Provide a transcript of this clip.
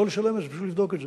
שלא לשלם את זה, לבדוק את זה.